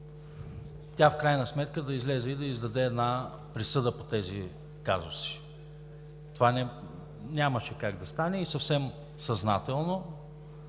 тя в крайна сметка да излезе и издаде присъда по тези казуси. Това нямаше как да стане и съвсем съзнателно